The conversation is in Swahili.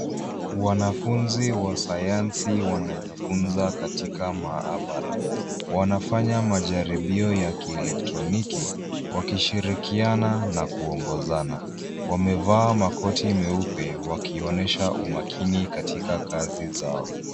Wanafunzi wa sayansi wanajifunza katika maabara. Wanafanya majaribio ya kielektroniki, wakishirikiana na kuongozana. Wamevaa makoti meupe, wakionesha umakini katika kazi zao.